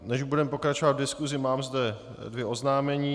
Než budeme pokračovat v diskusi, mám zde dvě oznámení.